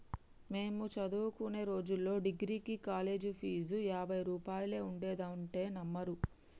మేము చదువుకునే రోజుల్లో డిగ్రీకి కాలేజీ ఫీజు యాభై రూపాయలే ఉండేదంటే నమ్మరు